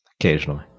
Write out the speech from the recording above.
Occasionally